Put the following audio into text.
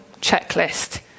checklist